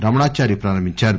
రమణారావు ప్రారంభించారు